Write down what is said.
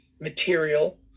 material